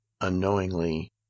unknowingly